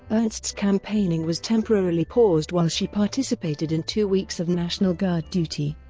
ernst's campaigning was temporarily paused while she participated in two weeks of national guard duty.